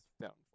downfall